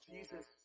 Jesus